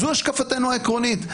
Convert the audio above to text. זו השקפתנו העקרונית.